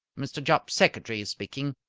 mr. jopp's secretary speaking.